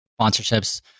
sponsorships